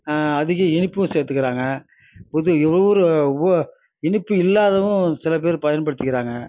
அதிக இனிப்பும் சேர்த்துக்கிறாங்க புது ஏதோ ஒரு உவ இனிப்பு இல்லாதவயும் சிலபேர் பயன்படுத்திக்கிறாங்க